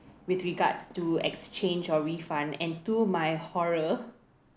with regards to exchange or refund and to my horror